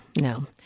no